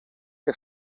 que